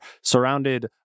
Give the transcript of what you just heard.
surrounded